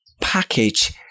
package